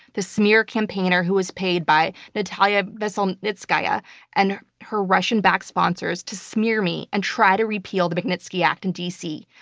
the smear campaigner who was paid by natalia veselnitskaya and her russian-backed sponsors to smear me and try to repeal the magnitsky act in d. c.